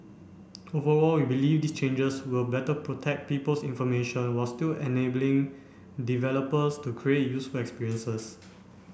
overall we believe these changes will better protect people's information while still enabling developers to create useful experiences